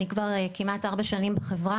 אני כבר כמעט ארבע שנים בחברה,